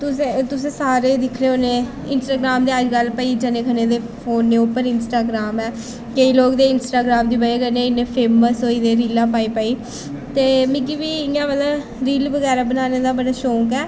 तुसें तुस सारे गै दिक्खने होन्नें इंस्ट्रग्राम ते अजकल्ल भाई जने खने दे फोनै उप्पर इंस्टाग्राम ऐ केईं लोक ते इंस्ट्राग्राम दी ब'जा कन्नै इन्ने फेमस होई गेदे रीलां पाई पाई ते मिगी बी इ'यां मतलब रील बगैरा बनाने दा बड़ा शौंक ऐ